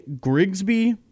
Grigsby